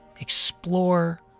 explore